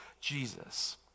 Jesus